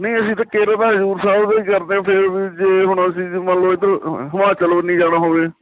ਨਹੀਂ ਅਸੀਂ ਤਾਂ ਕੇਰਾਂ ਤਾਂ ਹਜ਼ੂਰ ਸਾਹਿਬ ਦਾ ਹੀ ਕਰਦੇ ਹਾਂ ਫੇਰ ਵੀ ਜੇ ਹੁਣ ਅਸੀਂ ਮੰਨ ਲਉ ਇੱਧਰ ਹਿਮਾਚਲ ਵੱਲ ਜਾਣਾ ਹੋਵੇ